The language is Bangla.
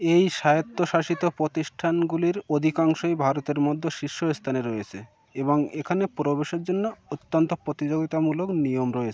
এই স্বায়ত্তশাসিত প্রতিষ্ঠানগুলির অধিকাংশই ভারতের মধ্যে শীর্ষ স্থানে রয়েছে এবং এখানে প্রবেশের জন্য অত্যন্ত প্রতিযোগিতামূলক নিয়ম রয়েছে